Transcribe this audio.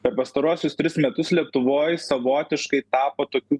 per pastaruosius tris metus lietuvoj savotiškai tapo tokiu